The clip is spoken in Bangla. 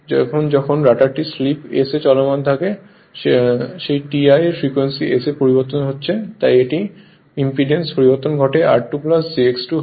এখন যখন রটারটি স্লিপ s চলমান থাকে সেই ti এর ফ্রিকোয়েন্সি sf পরিবর্তন হচ্ছে তাই এটির ইম্পিডেন্স পরিবর্তন ঘটে r2 jX2 হয়